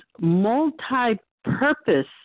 multi-purpose